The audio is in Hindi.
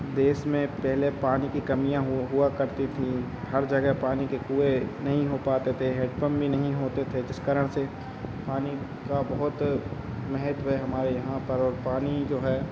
देश में पहले पानी की कमियाँ हुआ करती थीं हर जगह पानी के कुए नहीं हो पाते थे हेड पम्प भी नहीं होते थे जिस कारण से पानी का बहुत महत्व है हमारे यहाँ पर और पानी जो है